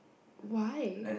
why